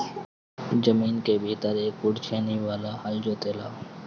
जमीन के भीतर एक फुट ले छेनी वाला हल जोते ला